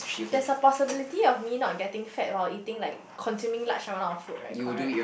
that's a possibility of me not getting fat while eating like containing large one of food right correct